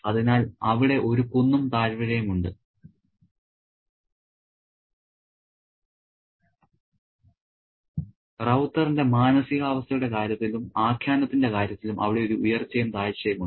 അതിനാൽ അവിടെ ഒരു കുന്നും താഴ്വരയും ഉണ്ട് റൌത്തറിന്റെ മാനസികാവസ്ഥയുടെ കാര്യത്തിലും ആഖ്യാനത്തിന്റെ കാര്യത്തിലും അവിടെ ഒരു ഉയർച്ചയും താഴ്ചയും ഉണ്ട്